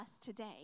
today